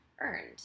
earned